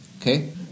Okay